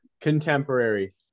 Contemporary